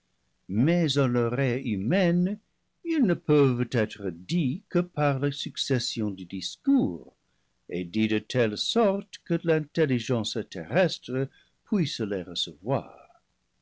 mais à l'o reille humaine ils ne peuvent être dits que par la succession du discours et dits de telle sorte que l'intelligence terrestre puisse les recevoir